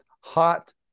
hot